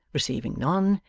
receiving none,